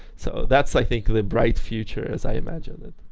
so that's, i think, the bright future as i imagine it.